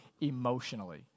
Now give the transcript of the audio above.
emotionally